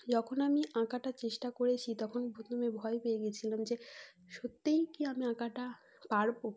যখন আমি আঁকাটার চেষ্টা করেছি তখন প্রথমে ভয় পেয়ে গিয়েছিলাম যে সত্যিই কি আমি আঁকাটা পারব